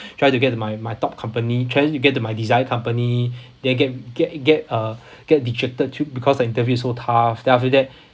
try to get to my my top company trying to get to my desired company then get get get uh get dejected too because the interview so tough then after that